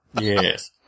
Yes